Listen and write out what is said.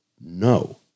No